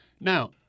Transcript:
Now